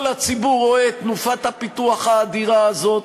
כל הציבור רואה את תנופת הפיתוח האדירה הזאת.